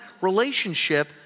relationship